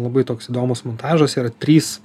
labai toks įdomus montažas yra trys